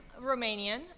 Romanian